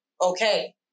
okay